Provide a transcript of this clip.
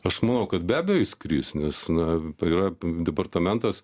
aš manau kad be abejo jis kris nes na yra departamentas